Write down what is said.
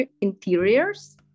interiors